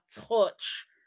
touch